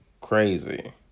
crazy